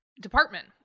department